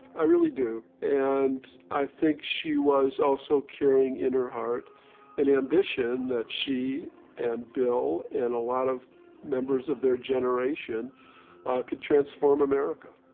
i really do. and i think she was also carrying in her heart an ambition that she and bill and a lot of members of their generation could transform america.